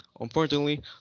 Unfortunately